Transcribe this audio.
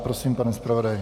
Prosím, pane zpravodaji.